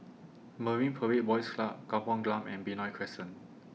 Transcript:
Marine Parade Boys Club Kampung Glam and Benoi Crescent